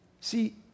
See